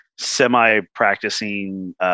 semi-practicing